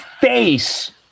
face